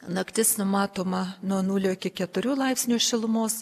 naktis numatoma nuo nulio iki keturių laipsnių šilumos